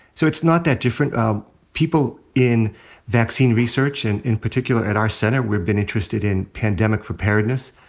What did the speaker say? so it's not that different. people in vaccine research, and in particular at our center, we've been interested in pandemic preparedness.